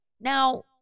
Now